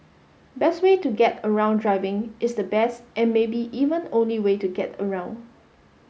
best way to get around driving is the best and maybe even only way to get around